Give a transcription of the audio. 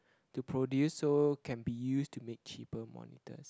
to produce so can be used to make cheaper monitors